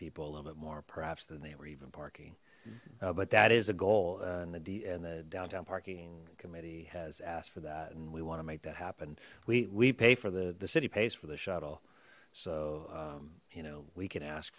people a little bit more perhaps than they were even parking but that is a goal and the d and the downtown parking has asked for that and we want to make that happen we we pay for the the city pays for the shuttle so you know we can ask